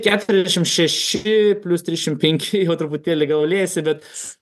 keturiasdešimt šeši plius trisdešimt penki jau truputėlį gal liejasi bet